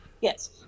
Yes